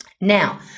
Now